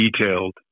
detailed